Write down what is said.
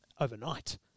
overnight